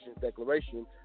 Declaration